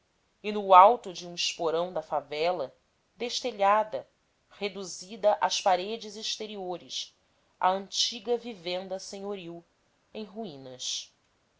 e no alto de um esporão da favela destelhada reduzida às paredes exteriores a antiga vivenda senhoril em ruínas